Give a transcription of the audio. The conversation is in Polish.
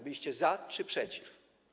Byliście za czy przeciw?